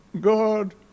God